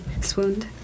swooned